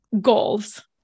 Goals